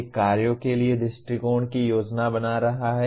एक कार्यों के लिए दृष्टिकोण की योजना बना रहा है